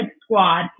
squad